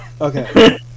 Okay